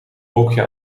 wolkje